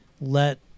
let